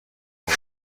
اقا